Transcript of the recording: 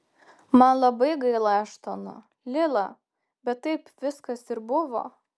man labai gaila eštono lila bet taip viskas ir buvo